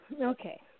okay